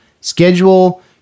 schedule